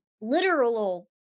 Literal